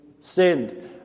sinned